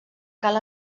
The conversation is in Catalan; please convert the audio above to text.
cal